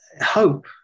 hope